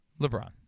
LeBron